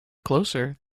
closer